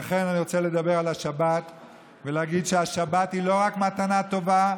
לכן אני רוצה לדבר על השבת ולהגיד שהשבת היא לא רק מתנה טובה,